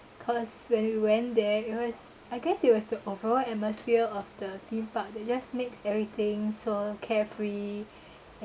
cause when we went there it was I guess it was the overall atmosphere of the theme park that just makes everything so carefree